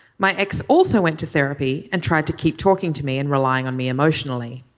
my ex also went to therapy and tried to keep talking to me and relying on me emotionally.